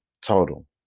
total